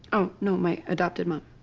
oh. no, my adopted mom,